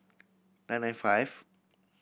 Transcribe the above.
nine nine five